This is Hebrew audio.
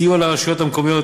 סיוע לרשויות המקומיות,